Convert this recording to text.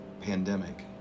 pandemic